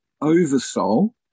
oversoul